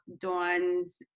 Dawn's